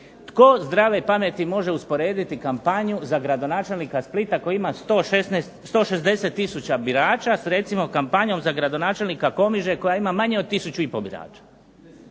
tko zdrave pameti može usporediti kampanju za gradonačelnika Splita koji ima 160 tisuća birača, s recimo kampanjom za gradonačelnika Komiže koja ima manje od tisuću i po birača?